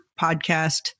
Podcast